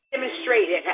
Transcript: demonstrated